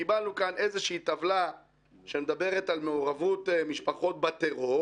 קיבלנו כאן איזושהי טבלה שמדברת על מעורבות משפחות בטרור.